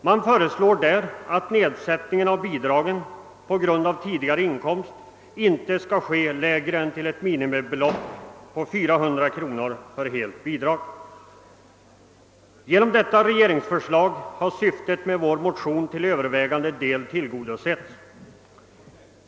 Där föreslås att reducering av de på tidigare inkomst grundade bidragen skall göras ned till ett minimibelopp på 400 kronor i månaden. Härigenom har som sagt syftet med våra motioner till övervägande del tillgodosetts.